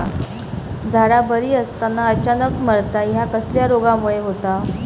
झाडा बरी असताना अचानक मरता हया कसल्या रोगामुळे होता?